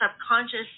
subconscious